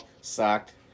sucked